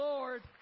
Lord